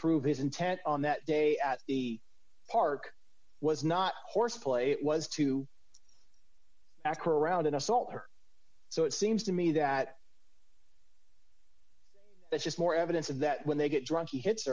prove his intent on that day at the park was not horseplay it was to ask around an assault or so it seems to me that it's just more evidence of that when they get drunk he hits